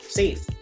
safe